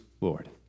Lord